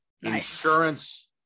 insurance